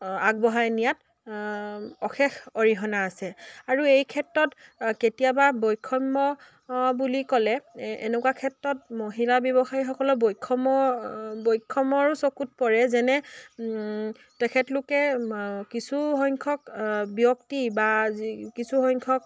আগবঢ়াই নিয়াত অশেষ অৰিহণা আছে আৰু এই ক্ষেত্ৰত কেতিয়াবা বৈষম্য বুলি ক'লে এনেকুৱা ক্ষেত্ৰত মহিলা ব্যৱসায়ীসকলৰ বৈষম বৈষম্যৰো চকুত পৰে যেনে তেখেতলোকে কিছুসংখ্যক ব্যক্তি বা যি কিছুসংখ্যক